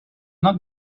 not